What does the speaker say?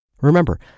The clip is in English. Remember